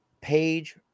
page